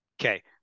Okay